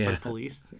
police